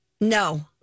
No